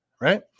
right